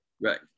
Right